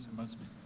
mozambique.